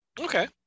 Okay